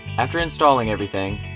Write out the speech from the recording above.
after installing everything,